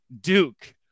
Duke